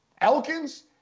Elkins